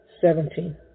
seventeen